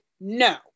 no